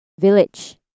village